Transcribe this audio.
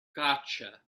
gotcha